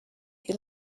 you